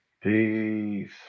Peace